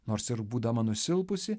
nors ir būdama nusilpusi